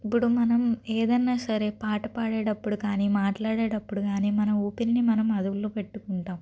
ఇప్పుడు మనం ఏదైనా సరే పాట పాడేటప్పుడు కానీ మాట్లాడేటప్పుడు కానీ మన ఊపిరిని మనం అదుపులో పెట్టుకుంటాము